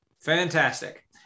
Fantastic